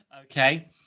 okay